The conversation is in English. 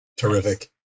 Terrific